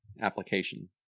application